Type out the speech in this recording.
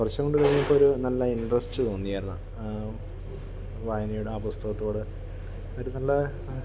കുറച്ചങ്ങോട്ട് കഴിഞ്ഞപ്പോൾ ഒരു നല്ല ഇൻട്രസ്റ്റ് തോന്നിയായിരുന്നു ആ വായനയുടെ ആ പുസ്തകത്തോട് ഒരു നല്ല ആ